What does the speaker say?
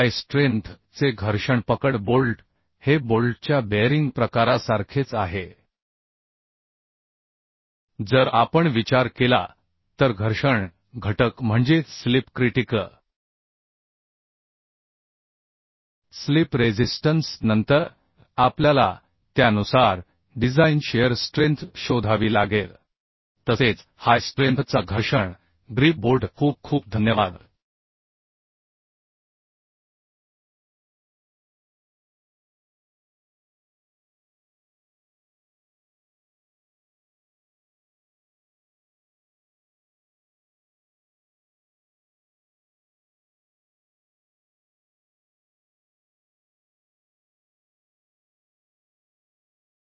हाय strength चे घर्षण पकड बोल्ट हे बोल्टच्या बेअरिंग प्रकारासारखेच आहे जर आपण विचार केला तर घर्षण घटक म्हणजे स्लिप क्रिटिकल स्लिप रेझिस्टन्स नंतर आपल्याला त्यानुसार डिझाइन शिअर स्ट्रेंथ शोधावी लागेल गोष्टी बेरिंग प्रकारासारख्याच असतील मला आशा आहे की हे वर्कआउट उदाहरण होईल सामान्य काळ्या बोल्टची रचना पद्धत समजून घेण्यासाठी उपयुक्त ठरेल तसेच हाय स्ट्रेंथ चा घर्षण ग्रिप बोल्ट खूप खूप धन्यवाद